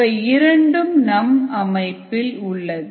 இவை இரண்டும் நம் அமைப்பில் உள்ளது